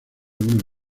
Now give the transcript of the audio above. una